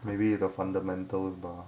maybe the fundamental bar